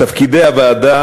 תפקידי הוועדה,